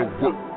work